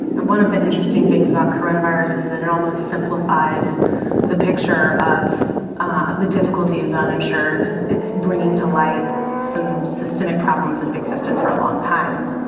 and one of the interesting things about coronavirus is that it almost simplifies the picture of ah the difficulty of the uninsured. it's bringing to light some systemic problems that have existed for a long time.